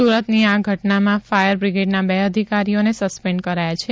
સુરતની આ ઘનટામાં ફાયર બ્રિગેડના બે અધિકારીઓને સસ્પેન્ડ કરાયા છે